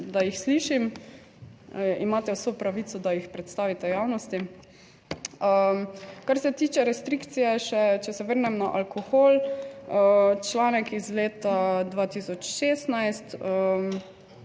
da jih slišim, imate vso pravico, da jih predstavite javnosti. Kar se tiče restrikcije, še če se vrnem na alkohol, članek iz leta 2016,